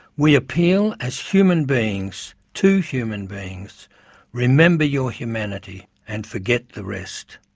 we appeal, as human beings, to human beings remember your humanity, and forget the rest.